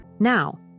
Now